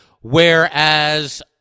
whereas